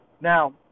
Now